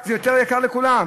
זה יותר יקר לכולם.